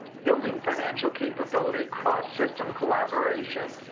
building financial capability, cross-system collaboration,